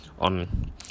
on